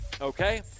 okay